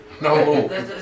No